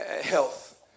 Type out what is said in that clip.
health